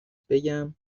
بگم